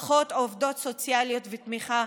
פחות עובדות סוציאליות ותמיכה,